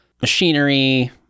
machinery